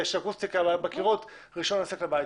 לאקוסטיקה ואף אחד לא יבקש רישיון עסק לבית